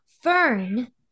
Fern